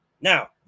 now